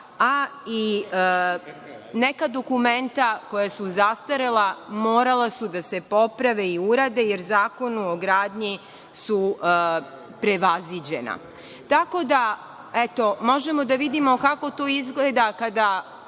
a neka dokumenta koja su zastarela morala su da se poprave i urade jer u Zakonu o gradnji su prevaziđena. Možemo da vidimo kako to izgleda kada